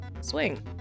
swing